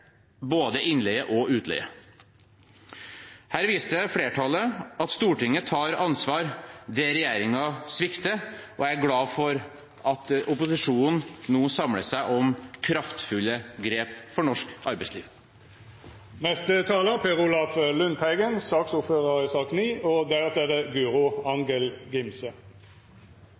både innleie og utleie. Her viser flertallet at Stortinget tar ansvar der regjeringen svikter, og jeg er glad for at opposisjonen nå samler seg om kraftfulle grep for norsk arbeidsliv. Jeg føler veldig sterkt på det at Senterpartiet og Kristelig Folkeparti har samme inngangsverdier – for å bruke representanten Reitens uttrykk – i